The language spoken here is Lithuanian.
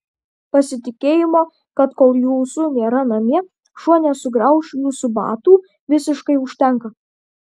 pasitikėjimo kad kol jūsų nėra namie šuo nesugrauš jūsų batų visiškai užtenka